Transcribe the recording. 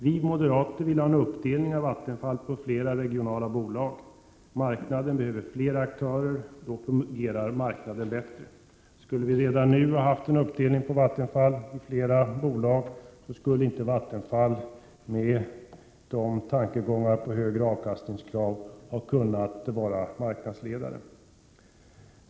Vi moderater vill ha en uppdelning av Vattenfall på flera regionala bolag. Marknaden behöver flera aktörer. Då fungerar den bättre. Skulle vi redan nu ha haft en uppdelning av Vattenfall i flera bolag, skulle Vattenfall, rnot bakgrund av de tankegångar om högre avkastningskrav som nu redovisas, inte ha kunnat vara marknadsledande. Herr talman!